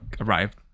arrived